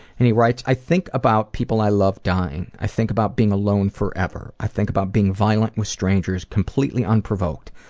and he writes i think about people i love dying. i think about being alone forever. i think about being violent with strangers, completely unprovoked.